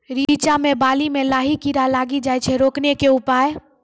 रिचा मे बाली मैं लाही कीड़ा लागी जाए छै रोकने के उपाय?